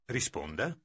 Risponda